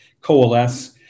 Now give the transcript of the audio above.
coalesce